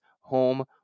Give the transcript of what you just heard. home